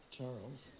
Charles